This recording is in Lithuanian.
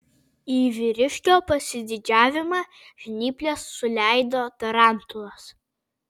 į vyriškio pasididžiavimą žnyples suleido tarantulas